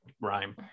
rhyme